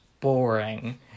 boring